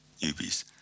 newbies